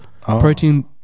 protein